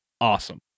awesome